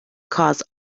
cause